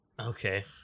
Okay